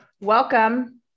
welcome